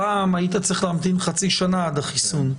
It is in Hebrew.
פעם היית צריך להמתין חצי שנה לחיסון,